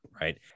right